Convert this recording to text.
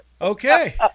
Okay